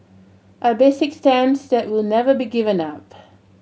our basic stance that will never be given up